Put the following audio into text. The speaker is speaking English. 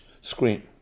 screen